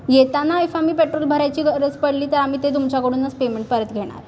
येताना आम्ही if petrol भरायची गरज पडली तर आम्ही ते तुमच्याकडूनच पेमेंट परत घेणार